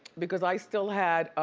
because i still had